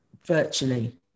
virtually